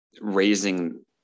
raising